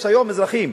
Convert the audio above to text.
יש היום אזרחים,